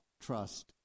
trust